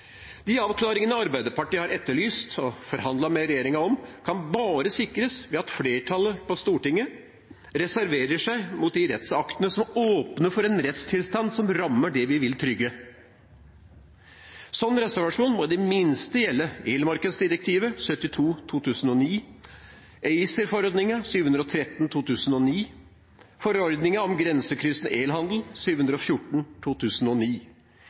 De avklaringene Arbeiderpartiet har etterlyst og forhandlet med regjeringen om, kan bare sikres ved at flertallet på Stortinget reserverer seg mot de rettsaktene som åpner for en rettstilstand som rammer det vi vil trygge. En slik reservasjon må i det minste gjelde elmarkedsdirektivet 72/2009, ACER-forordningen 713/2009 og forordningen om grensekryssende elhandel 714/2009. I den såkalte vinterpakken fra 2016 foreslår EU-kommisjonen at ACER